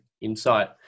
insight